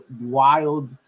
wild